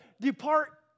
depart